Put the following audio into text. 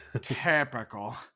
typical